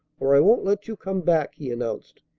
or i won't let you come back, he announced.